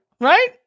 right